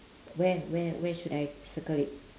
where where where should I circle it